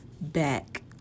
back